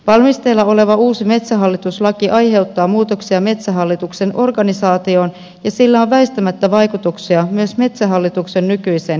valmisteilla oleva uusi metsähallitus laki aiheuttaa muutoksia metsähallituksen organisaatioon ja sillä on väistämättä vaikutuksia myös metsähallituksen nykyiseen henkilöstöön